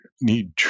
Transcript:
need